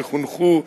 שחונכו,